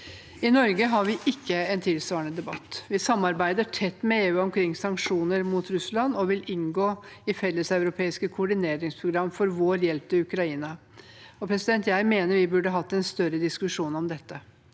I Norge har vi ikke en tilsvarende debatt. Vi samarbeider tett med EU om sanksjoner mot Russland og vil inngå i felleseuropeiske koordineringsprogram for vår hjelp til Ukraina, men jeg mener vi burde hatt en større diskusjon om dette: